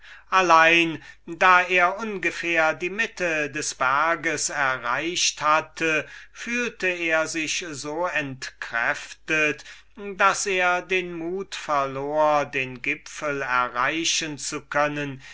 allein da er ungefähr die mitte des berges erreicht hatte fühlt er sich so entkräftet daß er den mut verlor den gipfel erreichen zu können